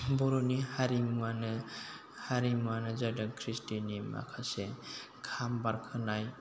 बर'नि हारिमुवानो हारिमुवानो जादों खृष्टिनि माखासे खाम बारखोनाय